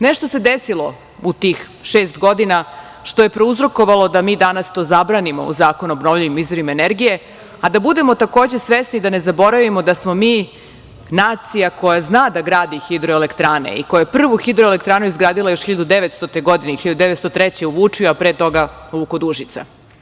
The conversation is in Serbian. Nešto se desilo u tih šest godina što je prouzrokovalo da mi danas to zabranimo u Zakonu o obnovljivim izvorima energije, a da budemo, takođe, svesni da ne zaboravimo da smo mi nacija koja zna da gradi hidroelektrane i koja je prvu hidroelektranu izgradila još 1900. godine i 1903. godine u Vučju, a pre toga ovu kod Užica.